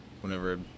whenever